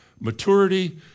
maturity